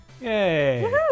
Yay